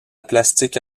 plastique